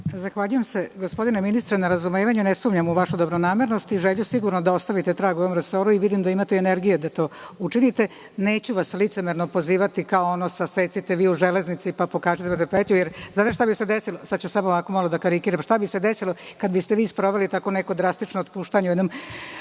zahvaljujem se na razumevanju. Ne sumnjam u vašu dobronamernost i želju sigurno da ostavite trag u ovom resoru. Vidim da imate energije da to učinite. Neću vas licemerno pozivati kao ono sasecite vi u železnici, pa pokažite …, jer znate šta bi se desilo? Sada ću samo malo da karikiram šta bi se desilo kada biste vi sproveli neko drastično otpuštanje u jednom